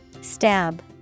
Stab